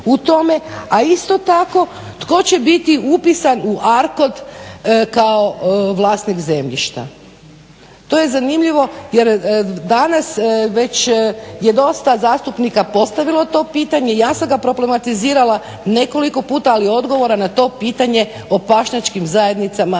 A isto tako tko će biti upisan u ARKOD kao vlasnik zemljišta. To je zanimljivo, jer danas već je dosta zastupnika postavilo to pitanje, ja sam ga problematizirala nekoliko puta ali odgovora na to pitanje o pašnjačkim zajednicama